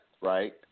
right